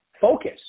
focus